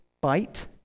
bite